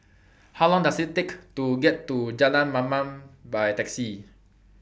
How Long Does IT Take to get to Jalan Mamam By Taxi